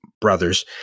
brothers